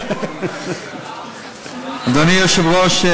אדוני היושב-ראש,